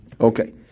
Okay